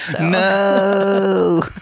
No